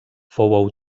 fou